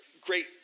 great